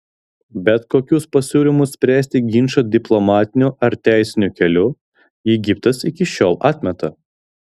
bet kokius pasiūlymus spręsti ginčą diplomatiniu ar teisiniu keliu egiptas iki šiol atmeta